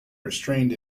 restrained